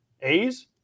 a's